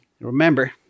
remember